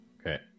Okay